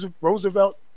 Roosevelt